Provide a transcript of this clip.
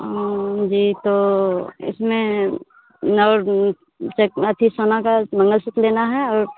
हँ जी तो इसमें और सेट अथी सोना का मंगलसूत्र लेना है और